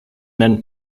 nennt